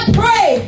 pray